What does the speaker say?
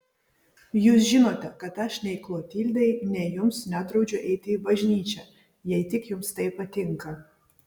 jūs žinote kad aš nei klotildai nei jums nedraudžiu eiti į bažnyčią jei tik jums tai patinka